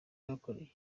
yabakoreye